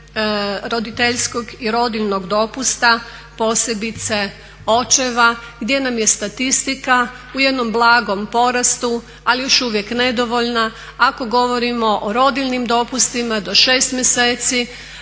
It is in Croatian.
pitanja roditeljskog i rodiljnog dopusta, posebice očeva gdje nam je statistika u jednom blagom porastu, ali još uvijek nedovoljna ako govorimo o rodiljnim dopustima do 6 mjeseci